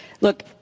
Look